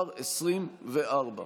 מה שנכון כלפי האחרים, אדוני ראש הממשלה